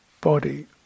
body